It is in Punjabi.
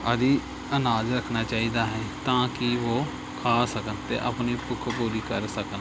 ਆਦਿ ਅਨਾਜ ਰੱਖਣਾ ਚਾਹੀਦਾ ਹੈ ਤਾਂ ਕਿ ਉਹ ਖਾ ਸਕਣ ਅਤੇ ਆਪਣੀ ਭੁੱਖ ਪੂਰੀ ਕਰ ਸਕਣ